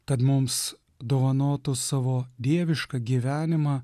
kad mums dovanotų savo dievišką gyvenimą